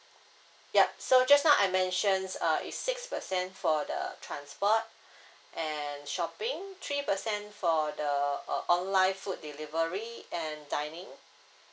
yup so just now I mentions uh it's six percent for the transport and shopping three percent for the uh online food delivery and dining